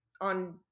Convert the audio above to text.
on